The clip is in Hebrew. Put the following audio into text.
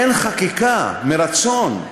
אין חקיקה מרצון.